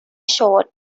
short